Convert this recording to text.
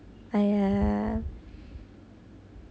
!aiya!